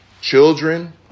children